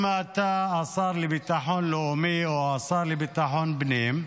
אם אתה השר לביטחון לאומי או השר לביטחון פנים,